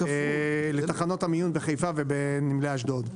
לתחנות המיון בחיפה ובנמלי אשדוד.